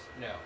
No